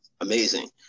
amazing